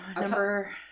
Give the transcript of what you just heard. Number